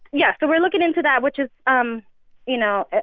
yeah but we're looking into that which is um you know,